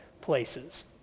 places